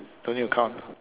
don't need to count